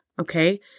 Okay